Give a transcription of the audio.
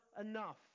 enough